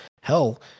hell